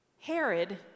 Herod